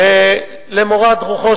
למורת רוחי.